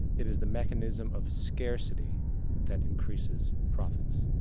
it is the mechanism of scarcity that increases profits.